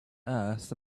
earth